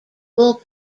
will